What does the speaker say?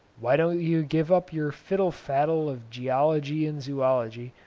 why don't you give up your fiddle-faddle of geology and zoology,